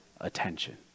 attention